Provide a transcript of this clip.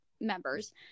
members